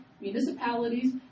municipalities